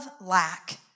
lack